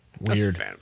Weird